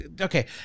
okay